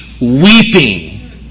weeping